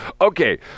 Okay